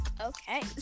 Okay